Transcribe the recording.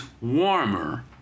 warmer